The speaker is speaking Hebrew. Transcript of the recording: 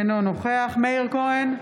אינו נוכח מאיר כהן,